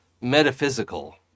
metaphysical